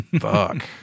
fuck